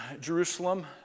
Jerusalem